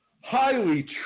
highly